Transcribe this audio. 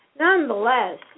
Nonetheless